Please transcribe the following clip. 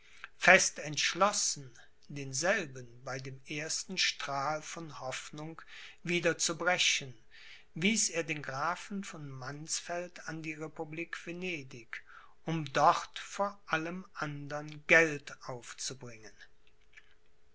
fest entschlossen denselben bei dem ersten strahl von hoffnung wieder zu brechen wies er den grafen von mannsfeld an die republik venedig um dort vor allem andern geld aufzubringen